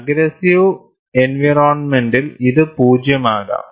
aggressive എൻവയറോണ്മെന്റിൽ ഇത് 0 ആകാം